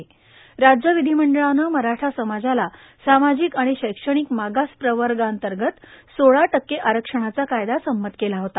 रा ट्र विधिमंडळानं मराठा समाजाला सामाजिक आणि विधिक मागास प्रवर्गतत्गत सोळा टक्के आरलणचा कायदा संमत केला सेता